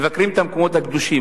מבקרים את המקומות הקדושים.